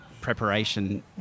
preparation